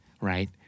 right